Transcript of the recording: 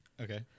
Okay